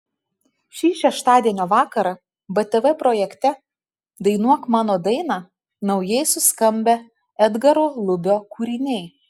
šį šeštadienio vakarą btv projekte dainuok mano dainą naujai suskambę edgaro lubio kūriniai